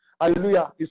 Hallelujah